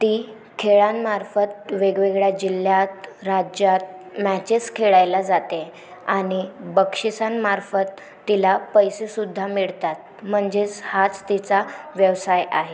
ती खेळांमार्फत वेगवेगळ्या जिल्ह्यात राज्यात मॅचेस खेळायला जाते आणि बक्षिसांमार्फत तिला पैसेसुद्धा मिळतात म्हणजेच हाच तिचा व्यवसाय आहे